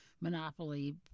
monopoly